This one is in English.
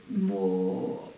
more